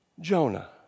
Jonah